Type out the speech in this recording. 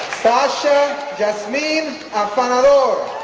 sasha jazmean afanador,